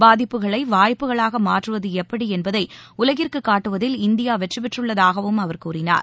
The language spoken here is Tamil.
பாதிப்புகளை வாய்ப்புகளாக மாற்றுவது எப்படி என்பதை உலகிற்கு எடுத்துக்காட்டுவதில் இந்தியா வெற்றி பெற்றுள்ளதாகவும் அவர் கூறினார்